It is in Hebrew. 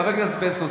חבר הכנסת בן צור,